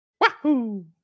Wahoo